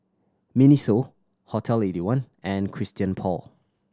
MINISO Hotel Eighty one and Christian Paul